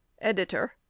editor